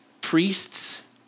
Priests